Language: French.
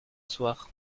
soir